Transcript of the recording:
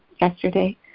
yesterday